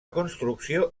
construcció